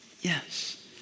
Yes